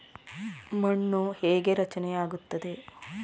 ಮಣ್ಣು ಹೇಗೆ ರಚನೆ ಆಗುತ್ತದೆ?